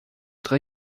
drei